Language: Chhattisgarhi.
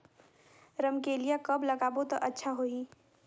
रमकेलिया कब लगाबो ता अच्छा होही?